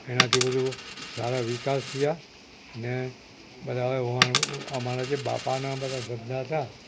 એનાથી બધુ સારા વિકાસ થયા અને બધા હવે અમારા જે બાપાના બધા ધંધા હતા